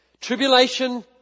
Tribulation